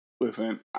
Listen